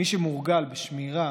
מי שמורגל בשמירה